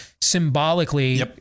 symbolically